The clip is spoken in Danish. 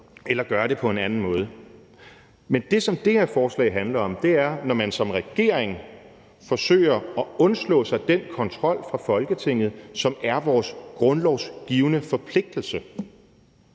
eller gøre det på en anden måde. Men det, som det her forslag handler om, er, når man som regering forsøger at undslå sig for den kontrol fra Folketingets side, som er vores grundlovsgivne forpligtelse.